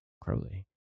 Crowley